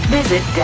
Visit